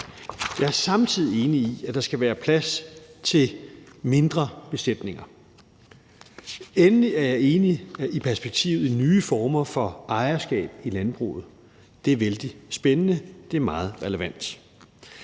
Jeg er samtidig enig i, at der skal være plads til mindre besætninger. Endelig er jeg enig i perspektivet i nye former for ejerskab i landbruget. Det er vældig spændende, og det er meget relevant.